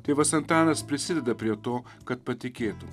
tėvas antanas prisideda prie to kad patikėtų